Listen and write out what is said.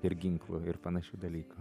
ir ginklų ir panašių dalykų